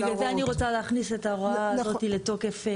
בגלל זה אני רוצה להכניס את ההוראה הזאת לתוקף.